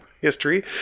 history